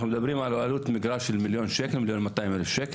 אנחנו מדברים על עלות מגרש של 1-1.2 מיליון שקלים.